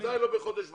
ודאי לא בחודש וחצי.